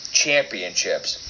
championships